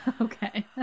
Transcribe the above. okay